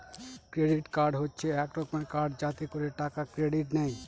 credit card হচ্ছে এক রকমের কার্ড যাতে করে টাকা ক্রেডিট নেয়